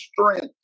strength